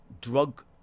drug